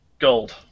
Gold